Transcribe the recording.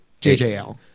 J-J-L